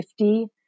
50